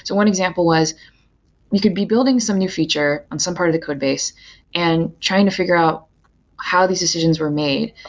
one example was we could be building some new feature on some part of the code base and trying to figure out how these decisions were made.